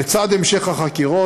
לצד המשך החקירות,